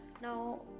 now